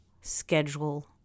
schedule